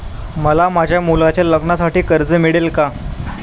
मला माझ्या मुलाच्या लग्नासाठी कर्ज मिळेल का?